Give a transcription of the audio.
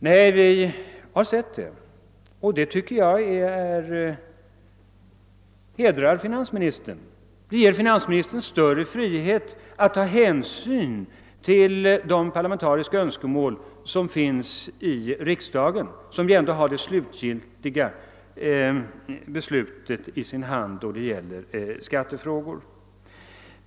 Nej, det har vi sett — och det tycker jag hedrar finansministern! Det ger herr Sträng större frihet att ta hänsyn till de parlamentariska önskemål som finns i riksdagen. Och riksdagen har ju ändå det slutgiltiga avgörandet i sin hand när det gäller skattefrågor.